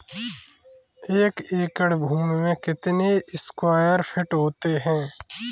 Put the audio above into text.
एक एकड़ भूमि में कितने स्क्वायर फिट होते हैं?